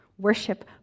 Worship